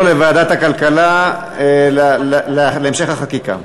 לוועדת הכלכלה להמשך החקיקה.